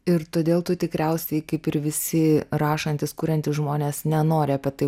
ir todėl tu tikriausiai kaip ir visi rašantys kuriantys žmonės nenori apie tai